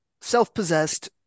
self-possessed